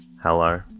Hello